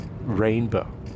rainbow